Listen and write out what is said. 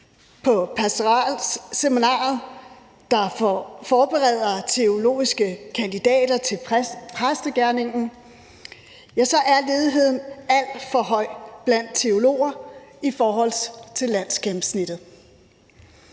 på pastoralseminariet, der forbereder teologiske kandidater til præstegerningen, er ledigheden alt for høj blandt teologer i forhold til landsgennemsnittet.